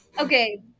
Okay